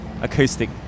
acoustic